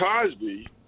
Cosby